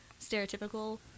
stereotypical